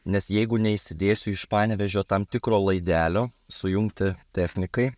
nes jeigu neįsidėsiu iš panevėžio tam tikro laidelio sujungti technikai